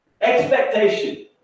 Expectation